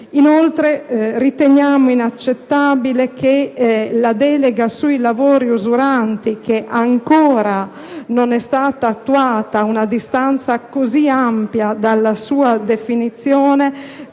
Inoltre, riteniamo inaccettabile che la delega sui lavori usuranti, che ancora non è stata attuata ad una distanza così ampia dalla sua definizione,